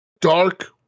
dark